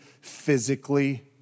physically